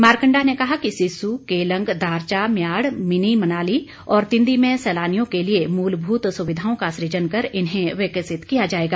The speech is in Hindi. मारकंडा ने कहा कि सिस्सु केलंग दारचा मयाड़ मिनी मनाली और तिंदी में सैलानियों के लिए मूलभूत सुविधाओं का सुजन कर इन्हें विकसित किया जाएगा